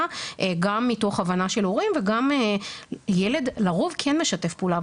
גם מתוך הבנה של הורים וגם ילד לרוב כן משתף פעולה,